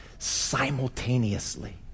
simultaneously